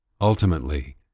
Ultimately